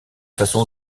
façon